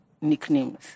nicknames